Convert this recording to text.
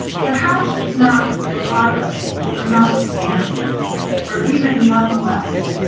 perhaps it's not regardless or notwithstanding or even nonetheless.